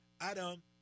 Adam